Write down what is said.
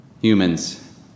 humans